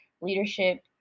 leadership